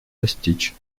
достичь